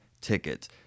tickets